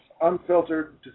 unfiltered